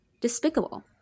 despicable